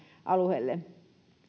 alueille